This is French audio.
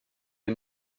les